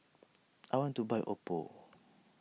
I want to buy Oppo